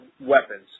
weapons